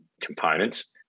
components